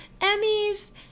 Emmy's